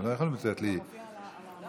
אז